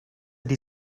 die